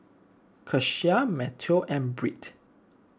Keshia Matteo and Britt